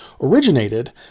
originated